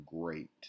great